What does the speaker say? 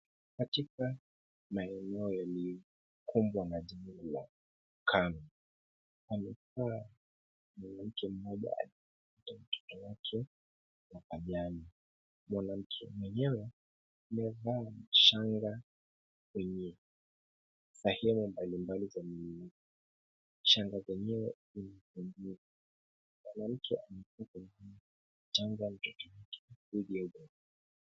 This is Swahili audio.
Katika maeneo yaliyokumbwa na janga la ukame, pamekaa mwanamke mmoja aliyepakata mtoto wake mapajani. Mwanamke mwenyewe amevaa shanga kwenye sehemu mbali mbali za mwilini. Shanga zenyewe pia ni mbili. Mwanamke anamchanja mtoto huyu dhidi ya ugonjwa.